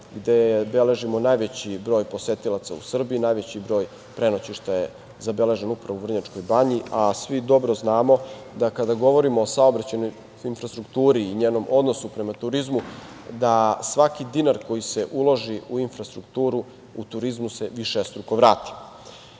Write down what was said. gde beležimo najveći broj posetilaca u Srbiji, najveći broj prenoćišta je zabeležen upravo u Vrnjačkoj banji. Svi dobro znamo da kada govorimo o saobraćajnoj infrastrukturi i njenom odnosu prema turizmu da svaki dinar koji se uloži u infrastrukturu u turizmu se višestruko